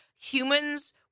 humans